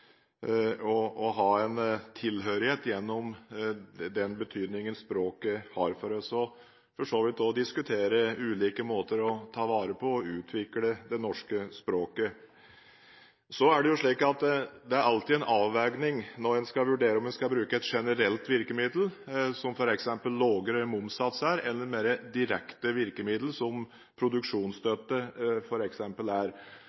en tilhørighet gjennom den betydningen språket har for oss, og for så vidt også å diskutere ulike måter å ta vare på og utvikle det norske språket. Det er alltid en avveining når en skal vurdere om en skal bruke et generelt virkemiddel som f.eks. lavere momssatser, eller et mer direkte virkemiddel, som f.eks. produksjonsstøtte er.